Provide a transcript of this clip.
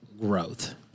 growth